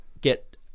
get